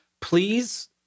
please